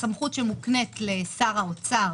הסמכות שמוקנית לשר האוצר